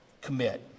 commit